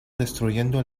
destruyendo